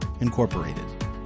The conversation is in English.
Incorporated